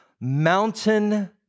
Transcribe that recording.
Mountain